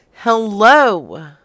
Hello